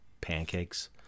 pancakes